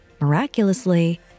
Miraculously